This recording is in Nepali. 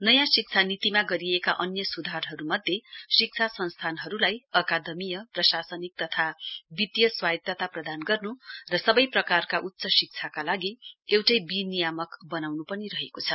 नयाँ शिक्षा नीतिमा गरिएका अन्य सुधारहरुमध्ये शिक्षा संस्थानहरुलाई अकादमीय प्रशासनिक तथा वित्तीय स्वायत्ता प्रदान गर्नु र सवै प्रकारका उच्च शिक्षाका लागि एउटै विनियामक वनाउनु पनि रहेको छ